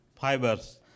fibers